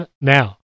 Now